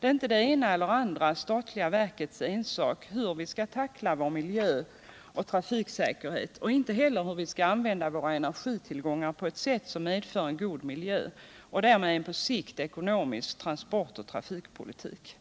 Det är inte det ena eller det andra statliga verkets ensak hur vi skall tackla vår miljö och trafiksäkerhet, inte heller hur vi skall använda våra energitillgångar på ett sätt som medför en god miljö och därmed en på sikt ekonomisk transportoch trafikpolitik.